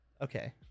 Okay